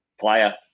player